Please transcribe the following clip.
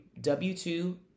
W-2